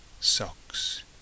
socks